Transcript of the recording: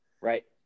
right